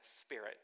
spirit